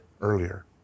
earlier